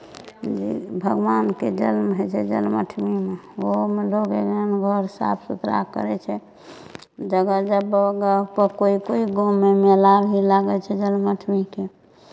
जे भगवानके जन्म होइ छै जन्मअठमीमे ओहोमे लोक एहन घर साफ सुथरा करै छै जगह जगहपर कोइ कोइ गाँवमे मेला भी लागै छै जन्मअठमीके